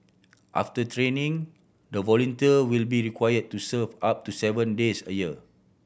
after training the volunteer will be required to serve up to seven days a year